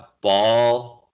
ball –